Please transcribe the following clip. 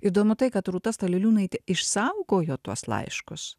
įdomu tai kad rūta staliliūnaitė išsaugojo tuos laiškus